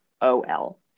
O-L